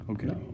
Okay